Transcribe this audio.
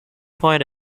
point